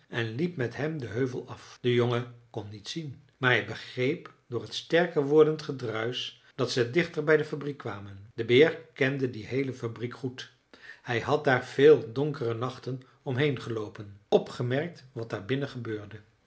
en liep met hem den heuvel af de jongen kon niets zien maar hij begreep door het sterker wordend gedruisch dat ze dichter bij de fabriek kwamen de beer kende die heele fabriek goed hij had daar veel donkere nachten omheen geloopen opgemerkt wat daar binnen gebeurde